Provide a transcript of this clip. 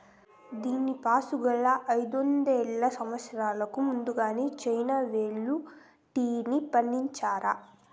దీనిపాసుగాలా, అయిదొందల సంవత్సరాలకు ముందలే చైనా వోల్లు టీని పండించారా